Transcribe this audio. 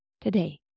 today